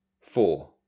Four